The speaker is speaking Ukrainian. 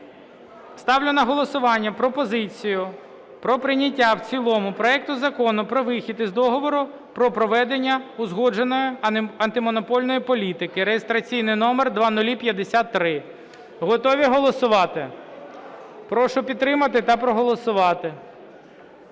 Ставлю на голосування пропозицію про прийняття в цілому проекту Закону про вихід із Договору про проведення узгодженої антимонопольної політики (реєстраційний номер 0053). Готові голосувати? Прошу підтримати та проголосувати.